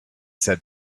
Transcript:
said